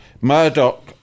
Murdoch